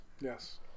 Yes